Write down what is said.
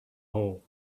hole